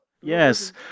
yes